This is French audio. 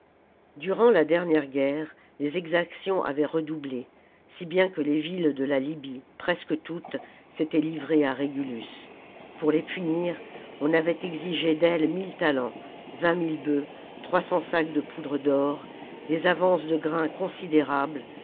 durant la dernière guerre les exactions avaient redoublé si bien que les villes de la libye presque toutes s'étaient livrées à régulus pour les punir on avait exigé d'elles mille talents vingt mille bœufs trois cents sacs de poudre d'or des avances de grains considérables